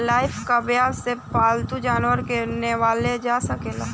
Lifebuoy से पाल्तू जानवर के नेहावल जा सकेला